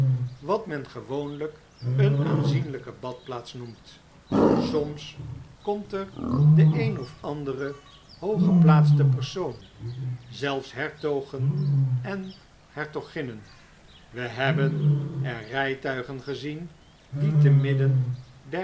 wat men gewooniyk een aanzienlijke badplaats noemt soms komt er de een of andere hooggeplaatste persoon zelfs hertogen en hertoginnen we hebben er rytuigen gezien die te midden